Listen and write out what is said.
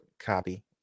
copy